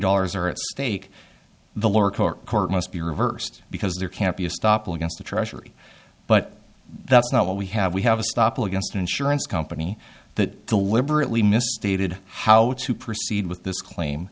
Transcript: dollars are at stake the lower court court must be reversed because there can't be a stop against the treasury but that's not what we have we have a stop against an insurance company that deliberately mis stated how to proceed with this claim